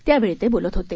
त्यावेळी ते बोलत होते